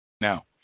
Now